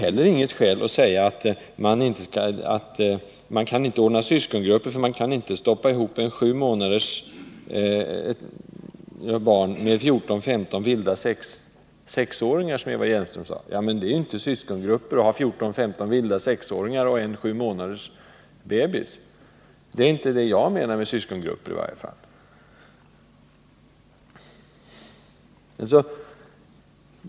Eva Hjelmström sade att man inte kan ordna syskongrupper, därför att man inte kan stoppa in ett sju månaders barn tillsammans med 14 eller 15 vilda sexåringar. Men det är ju inte någon syskongrupp — att ha 14 eller 15 vilda sexåringar och en sju månaders baby. Det är i varje fall inte vad jag menar med syskongrupp.